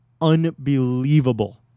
unbelievable